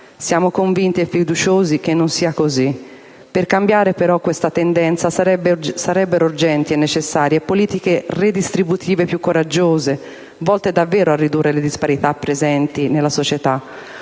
Siamo convinti e fiduciosi che non sia così. Per cambiare però questa tendenza, sarebbero urgenti e necessarie politiche redistributive più coraggiose, volte davvero a ridurre le disparità sociali presenti nella società.